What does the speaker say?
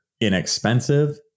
inexpensive